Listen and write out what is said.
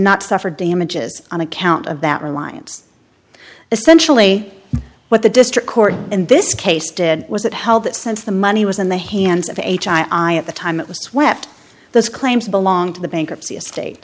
not suffer damages on account of that reliance essentially what the district court in this case did was it held that since the money was in the hands of age i at the time it was swept those claims belonged to the bankruptcy estate